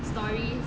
story